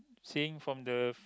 seeing from the